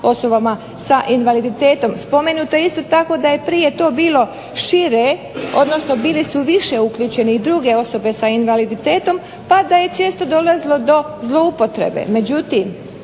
osobama sa invaliditetom. Spomenuto je isto tako da je prije to bilo šire, odnosno bili su više uključene i druge osobe sa invaliditetom, pa da je često dolazilo do zloupotrebe.